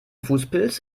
fußpilz